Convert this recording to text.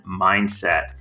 Mindset